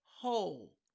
whole